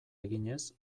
eginez